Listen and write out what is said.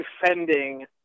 defending